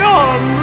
on